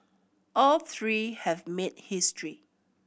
all three have made history